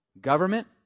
government